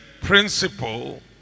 principle